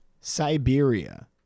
Siberia